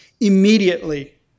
Immediately